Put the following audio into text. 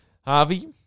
Harvey